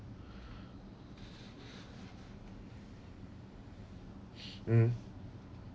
mm